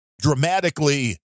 dramatically